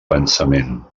pensament